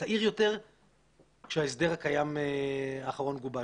צעיר יותר כשההסדר הקיים האחרון גובש.